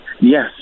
Yes